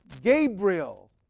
Gabriel